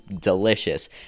delicious